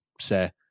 say